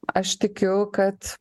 aš tikiu kad